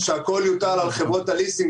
כהגדרתן בחוק החברות הממשלתיות,